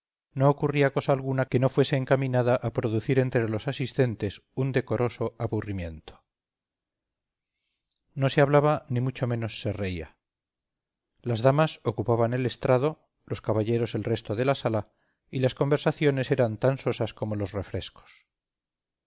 no ocurría cosa alguna que no fuese encaminada a producir entre los asistentes un decoroso aburrimiento no se hablaba ni mucho menos se reía las damas ocupaban el estrado los caballeros el resto de la sala y las conversaciones eran tan sosas como los refrescos